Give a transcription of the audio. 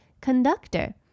Conductor